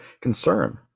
concern